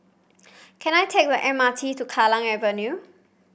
can I take the M R T to Kallang Avenue